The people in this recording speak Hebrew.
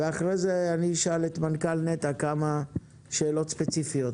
ואחרי זה אשאל את מנכ"ל נת"ע כמה שאלות ספציפיות.